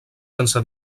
sense